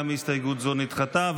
גם הסתייגות זו נדחתה.